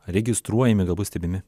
registruojami galbūt stebimi